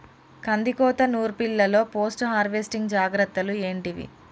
కందికోత నుర్పిల్లలో post harvesting జాగ్రత్తలు ఏంటివి?